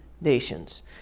nations